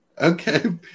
Okay